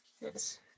Yes